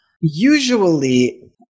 Usually